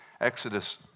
Exodus